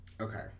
Okay